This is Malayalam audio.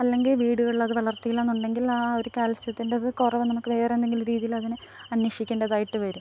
അല്ലെങ്കിൽ വീടുകളില് അത് വളര്ത്തീല്ലാന്നുണ്ടെങ്കില് ആ ഒരു കാത്സ്യത്തിന്റത് കുറവ് നമുക്ക് വേറെന്തെങ്കിലും രീതീലതിനെ അന്വേഷിക്കേണ്ടതായിട്ട് വരും